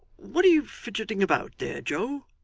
what are you fidgeting about there, joe?